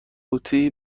قوطی